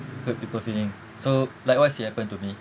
hurt people feeling so likewise it happen to me